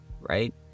right